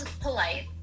polite